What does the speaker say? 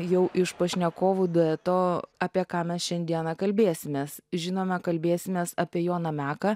jau iš pašnekovų dueto apie ką mes šiandieną kalbėsimės žinome kalbėsimės apie joną meką